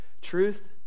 truth